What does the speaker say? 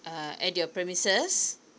uh at your premises